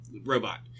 robot